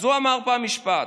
אז הוא אמר פעם משפט: